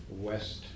West